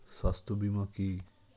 স্বাস্থ্য বীমা কি?